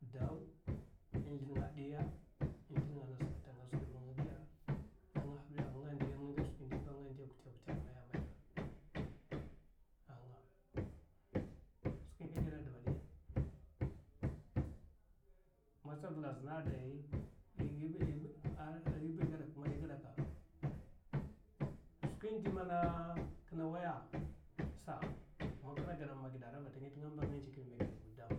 Dawu anda èiya nenga'a ngasa mizline nga ngasa a skwi man nga giya, nenga ngasa anga ngeche skwi ndi kwute kwute a nga ndiya, aka da geɓe adeba mana stavul a zhe skwi de man kine awaya nga zlaha nga njekine ma auda a giɓe skwi, mana anga da suna te dayi